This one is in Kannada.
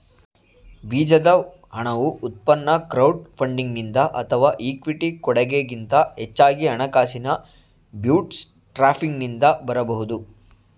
ಬೀಜದ ಹಣವು ಉತ್ಪನ್ನ ಕ್ರೌಡ್ ಫಂಡಿಂಗ್ನಿಂದ ಅಥವಾ ಇಕ್ವಿಟಿ ಕೊಡಗೆ ಗಿಂತ ಹೆಚ್ಚಾಗಿ ಹಣಕಾಸಿನ ಬೂಟ್ಸ್ಟ್ರ್ಯಾಪಿಂಗ್ನಿಂದ ಬರಬಹುದು